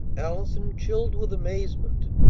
allison, chilled with amazement,